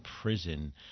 prison